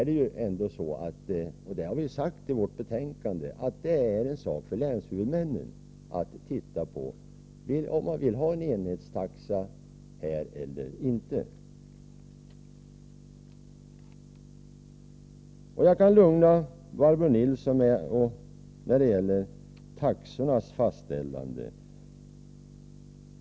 Det är, som vi skrivit i betänkandet, en fråga för länshuvudmännen om man vill ha en enhetstaxa eller inte. Jag kan lugna Barbro Nilsson när det gäller taxornas fastställande.